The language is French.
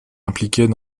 impliquées